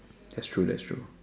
that's true that's true